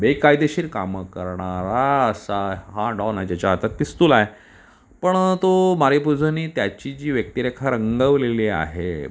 बेकायदेशीर कामं करणारा असा हा डॉन आहे ज्याच्या हातात पिस्तूल आहे पण तो मारिओ पुझोने त्याची जी व्यक्तिरेखा रंगवलेली आहे